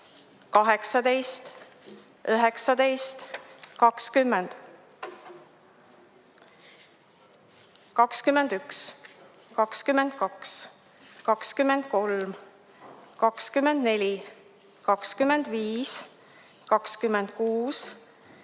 18, 19, 20, 21, 22, 23, 24, 25, 26,